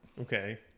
Okay